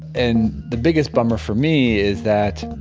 and the biggest bummer for me is that